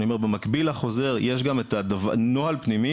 במקביל לחוזר יש גם נוהל פנימי,